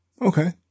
Okay